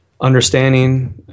understanding